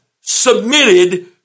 submitted